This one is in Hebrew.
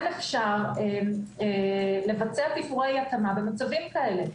כן אפשר לבצע פיטורי התאמה במצבים כאלה.